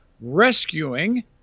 rescuing